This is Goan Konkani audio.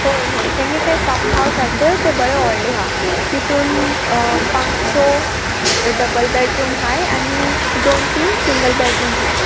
होय होय तेंगे ते फार्म हावस हा चोय ते बरें व्हडले आहा तितून पांच सो डबल बेडरूम हाय आनी दोन तीन सिंगल बेडरूम हाय